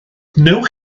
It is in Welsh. wnewch